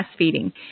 breastfeeding